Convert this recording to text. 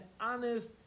honest